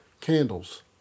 Candles